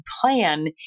plan